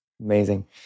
Amazing